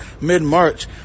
mid-March